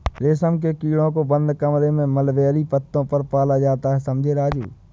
रेशम के कीड़ों को बंद कमरों में मलबेरी पत्तों पर पाला जाता है समझे राजू